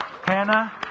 Hannah